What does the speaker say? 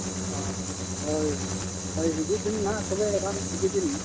ᱚ ᱦᱳᱭ ᱦᱳᱭ ᱦᱤᱡᱩᱜ ᱵᱮᱱ ᱱᱟᱦᱟᱜ ᱛᱚᱵᱮ ᱨᱟᱱ ᱤᱫᱤ ᱵᱤᱱ